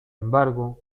embargo